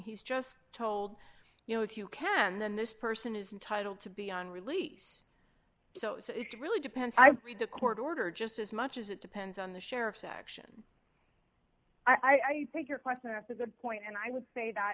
he's just told you know if you can then this person is entitled to be on release so it really depends i read the court order just as much as it depends on the sheriff's action i think your question it's a good point and i would say that